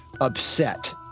upset